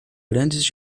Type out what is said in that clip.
grandes